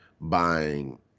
buying